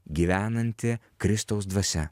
gyvenanti kristaus dvasia